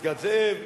בפסגת זאב,